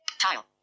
Tile